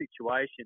situation